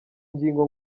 ngingo